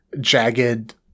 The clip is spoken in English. jagged